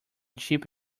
cheap